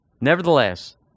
Nevertheless